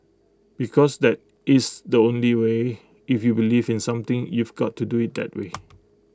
because that is the only way if you believe in something you've got to do IT that way